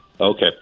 Okay